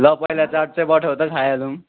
ल पहिला चाट चाहिँ पठाऊ त खाइहालौँ